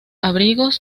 abrigos